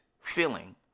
feeling